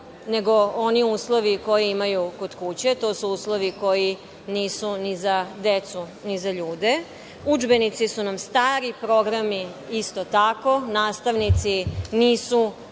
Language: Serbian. nego oni uslovi koje imaju kod kuće, to su uslovi koji nisu ni za decu ni za ljude. Udžbenici su nam stari, programi isto tako. Nastavnici nisu